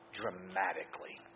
dramatically